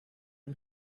ihm